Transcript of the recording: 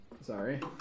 Sorry